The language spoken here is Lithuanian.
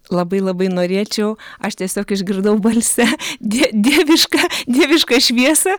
labai labai norėčiau aš tiesiog išgirdau balse die dievišką dievišką šviesą